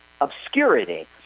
obscurity